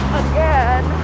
again